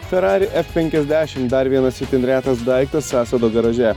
ferrari f penkiasdešim dar vienas itin retas daiktas asado garaže